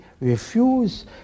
refuse